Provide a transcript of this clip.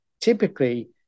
typically